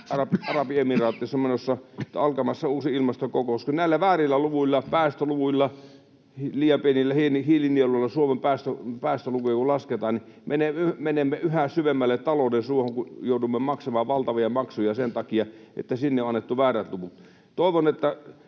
Arabiemiraateissa on alkamassa uusi ilmastokokous, ja kun näillä väärillä luvuilla, päästöluvuilla, liian pienillä hiilinieluilla Suomen päästölukuja lasketaan, niin menemme yhä syvemmälle talouden suohon, kun joudumme maksamaan valtavia maksuja sen takia, että sinne on annettu väärät luvut. Toivon, että